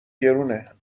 گرونه